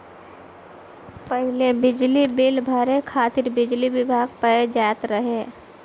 पहिले बिजली बिल भरे खातिर बिजली विभाग पअ जात रहे